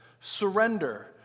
surrender